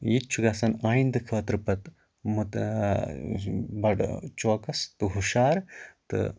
یہِ تہِ چھُ گَژَھان آیِنٛدٕ خٲطرٕ پَتہٕ بَڈٕ چوکَس تہٕ ہُشار تہٕ